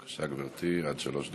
בבקשה, גברתי, עד שלוש דקות.